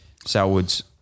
Salwoods